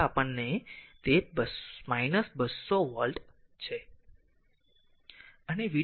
તેથી તે 200 વોલ્ટ છે